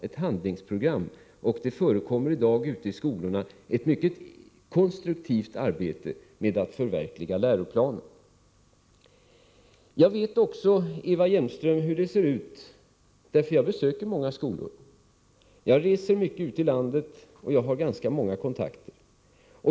Ute i skolorna förekommer i dag ett mycket konstruktivt arbete med att förverkliga läroplanen. Jag vet också, Eva Hjelmström, hur det ser ut i verkligheten. Jag besöker många skolor. Jag reser mycket ute i landet och har ganska många kontakter.